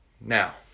Now